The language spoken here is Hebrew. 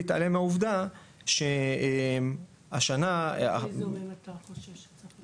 להתעלם מהעובדה שהשנה --- באיזה אזורים אתה חושב שכן צריך לעדכן?